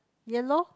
yellow